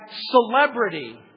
celebrity